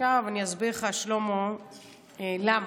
עכשיו אני אסביר לך, שלמה, למה,